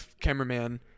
cameraman